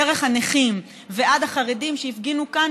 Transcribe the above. דרך הנכים ועד החרדים שהפגינו כאן